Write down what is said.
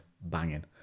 banging